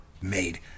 made